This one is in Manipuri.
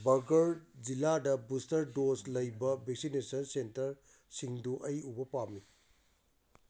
ꯕꯥꯔꯒꯔ ꯖꯤꯂꯥꯗ ꯕꯨꯁꯇꯔ ꯗꯣꯁ ꯂꯩꯕ ꯚꯦꯛꯁꯤꯟꯅꯦꯁꯟ ꯁꯦꯟꯇꯔꯁꯤꯡꯗꯨ ꯑꯩ ꯎꯕ ꯄꯥꯝꯃꯤ